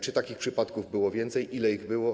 Czy takich przypadków było więcej, ile ich było?